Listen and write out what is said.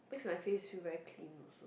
makes my face very clean actually